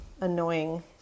annoying